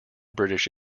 british